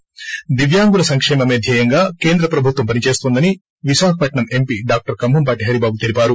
ి సి దివ్యాంగుల సంకేమమే ధ్యేయంగా కేంద్ర ప్రభుత్వం పని చేస్తోందని విశాఖపట్నం ఎంపీ డాక్టర్ కంభంపాటి హరిబాబు అన్నారు